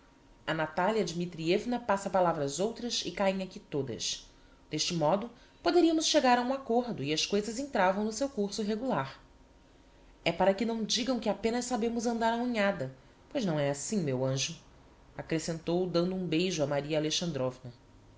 a natalia dmitrievna passa palavra ás outras e cáem aqui todas d'este modo poderiamos chegar a um accordo e as coisas entravam no seu curso regular é para que não digam que apenas sabemos andar á unhada pois não é assim meu anjo accrescentou dando um beijo a maria